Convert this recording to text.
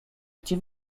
gdzie